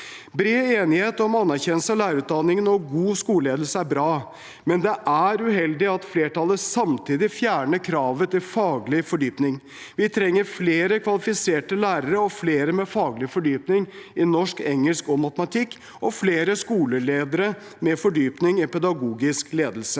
Bred enighet om anerkjennelse av lærerutdanningen og god skoleledelse er bra, men det er uheldig at flertallet samtidig fjerner kravet til faglig fordypning. Vi trenger flere kvalifiserte lærere og flere med faglig fordypning i norsk, engelsk og matematikk og flere skoleledere med fordypning i pedagogisk ledelse.